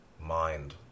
mind